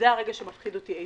זה הרגע שמפחיד אותי.